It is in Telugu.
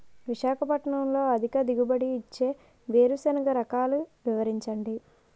విశాఖపట్నంలో అధిక దిగుబడి ఇచ్చే వేరుసెనగ రకాలు వివరించండి?